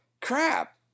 crap